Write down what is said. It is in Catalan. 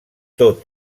tot